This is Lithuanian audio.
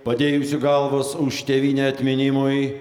padėjusių galvas už tėvynę atminimui